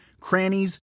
crannies